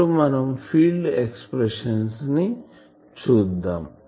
ఇప్పుడు మనం field expression ని చూద్దాం